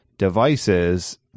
Devices